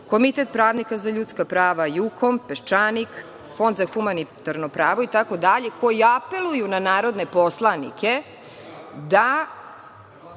Komitet pravnika za ljudska prava „JUKOM“, „Peščanik“, Fond za humanitarno pravo itd, koji apeluju na narodne poslanike da